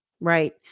right